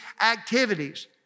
activities